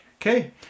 okay